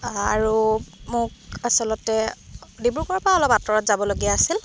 আৰু মোক আচলতে ডিব্ৰুগড়ৰপৰা অলপ আঁতৰত যাবলগীয়া আছিল